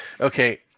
Okay